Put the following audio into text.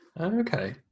Okay